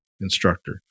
instructor